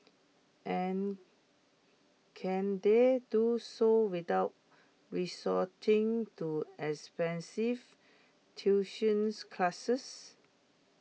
and can they do so without resorting to expensive tuitions classes